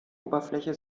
oberfläche